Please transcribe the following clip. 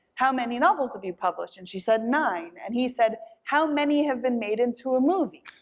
how many novels have you published? and she said nine. and he said, how many have been made into a movie?